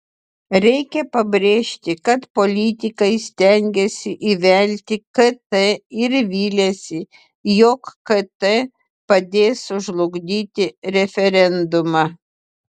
reikia pabrėžti kad politikai stengiasi įvelti kt ir viliasi jog kt padės sužlugdyti referendumą